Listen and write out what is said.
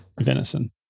venison